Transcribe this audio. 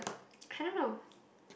I don't know